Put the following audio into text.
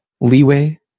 leeway